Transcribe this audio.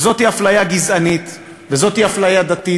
וזאת היא אפליה גזענית, וזאת היא אפליה דתית,